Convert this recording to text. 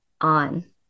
on